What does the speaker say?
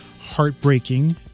Heartbreaking